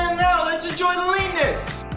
let's enjoy the lateness